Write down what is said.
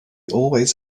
always